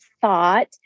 thought